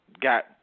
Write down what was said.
got